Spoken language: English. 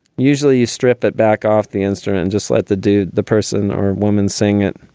usually you strip that back off the instant and just let the dude, the person or woman sing it